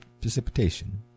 precipitation